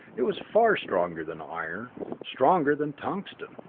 it was far stronger than iron stronger than tungsten,